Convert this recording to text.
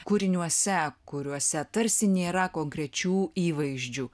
kūriniuose kuriuose tarsi nėra konkrečių įvaizdžių